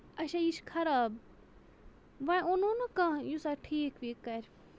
اچھا یہِ چھُ خراب وۄنۍ اوٚنوٕنہٕ کانٛہہ یُس اَتھ ٹھیٖک ویٖکھ کَرِ